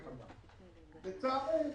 לצערי,